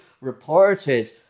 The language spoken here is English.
reported